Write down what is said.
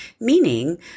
Meaning